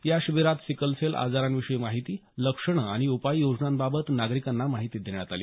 या शिबीरात सिकलसेल आजारांविषयी माहिती लक्षणे आणि उपाययोजनांबाबत नागरिकांना माहिती देण्यात आली